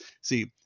See